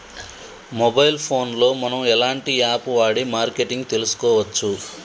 Mobile phone లో మనం ఎలాంటి యాప్ వాడి మార్కెటింగ్ తెలుసుకోవచ్చు?